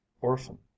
orphan